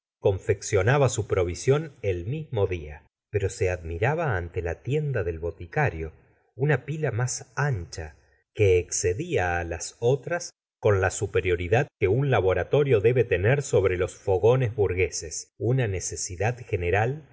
confeccionaba su provisión el mismo día pero se admiraba ante la tienda del boticario una pila más ancha que excedía á las otras con la superioridad que un laboratorio debe tener sobre los fogones burgueses una necesidad general